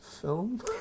film